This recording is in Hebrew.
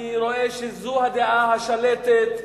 אני רואה שזאת הדעה השלטת.